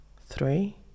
three